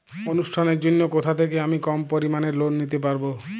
অনুষ্ঠানের জন্য কোথা থেকে আমি কম পরিমাণের লোন নিতে পারব?